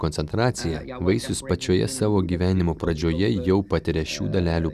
koncentraciją vaisius pačioje savo gyvenimo pradžioje jau patiria šių dalelių